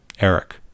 Eric